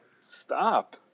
Stop